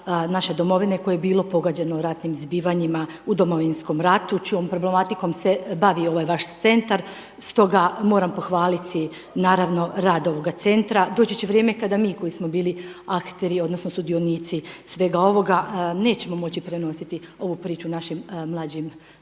naše domovine koje je bilo pogođeno ratnim zbivanjima u Domovinskog ratu čijom problematikom se bavi ovaj vaš centar. Stoga moram pohvaliti naravno rad ovog centra. Doći će vrijeme kada mi koji smo bili akteri odnosno sudionici svega ovoga nećemo moći prenositi ovu priču našim mlađim generacijama.